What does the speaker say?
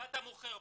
מה אתה מוכר בחנות,